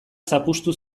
zapuztu